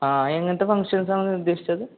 ആ എങ്ങനത്തെ ഫങ്ഷൻസാണ് ഉദ്ദേശിച്ചത്